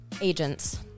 agents